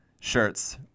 Shirts